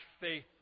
faith